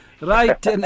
Right